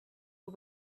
but